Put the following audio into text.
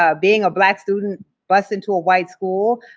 um being a black student bused into a white school,